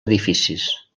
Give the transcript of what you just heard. edificis